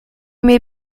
mir